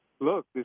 Look